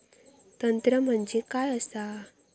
तंत्र म्हणजे काय असा?